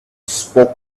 spoke